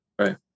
Right